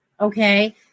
okay